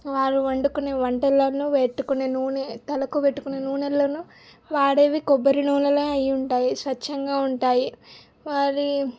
వారు వండుకునే వంటల్లోనూ పెట్టుకునే నూనె తలకు పెట్టుకునే నునెల్లోనూ వాడేవి కొబ్బరి నూనెలే అయ్యి ఉంటాయి స్వచ్ఛంగా ఉంటాయి వారి